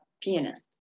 pianist